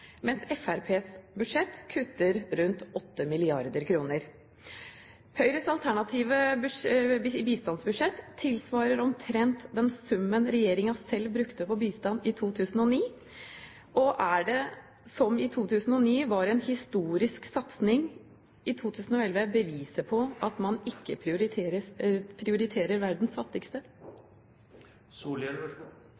mens Fremskrittspartiet i sitt budsjett kutter rundt 8 mrd. kr. Høyres alternative bistandsbudsjett tilsvarer omtrent den summen regjeringen selv brukte på bistand i 2009. Er det som i 2009 var en historisk satsing, i 2011 beviset på at man ikke prioriterer verdens fattigste?